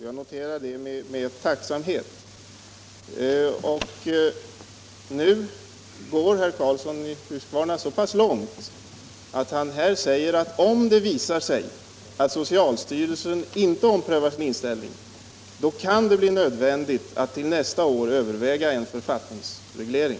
Och nu går dessutom herr Karlsson så långt att han säger, att om socialstyrelsen inte omprövar sin inställning kan det bli nödvändigt att till nästa år överväga en författningsreglering.